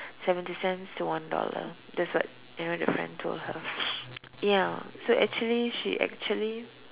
seventy cents to one dollar that's what one of her friend told her ya so actually she actually